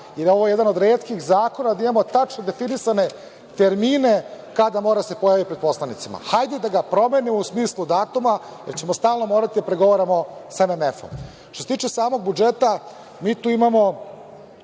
i da je ovo jedan od retkih zakona da imamo tačno definisane termine kada mora da se pojavi pred poslanicima. Hajde da ga promenimo u smislu datuma, jer ćemo samo morati da pregovaramo sa MMF-om. Što se tiče samog budžeta, mi tu imamo